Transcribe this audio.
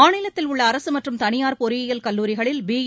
மாநிலத்தில் உள்ள அரசு மற்றும் தனியார் பொறியியல் கல்லூரிகளில் பிஈ